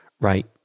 right